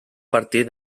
partir